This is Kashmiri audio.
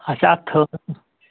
اَسہِ چھِ اَتھ تھٔومٕژ